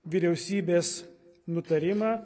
vyriausybės nutarimą